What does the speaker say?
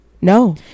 No